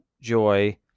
joy